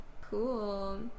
Cool